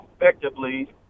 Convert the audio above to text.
effectively